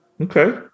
Okay